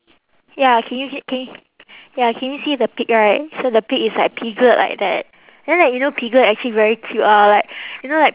ya can you can you ya can you see the pig right so the pig is like piglet like that then like you know piglet actually very cute ah like you know like